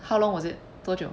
how long was it 多久